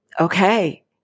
okay